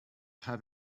have